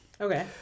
Okay